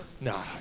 Nah